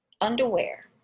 underwear